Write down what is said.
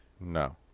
no